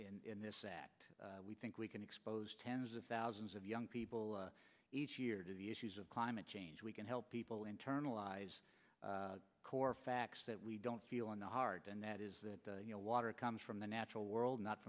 d in this that we think we can expose tens of thousands of young people each year to the issues of climate change we can help people internalize the core facts that we don't feel in the heart and that is that water comes from the nacho world not